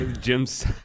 Jim's